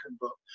book